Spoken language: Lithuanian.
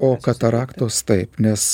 o kataraktos taip nes